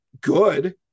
good